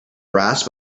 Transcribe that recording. rasp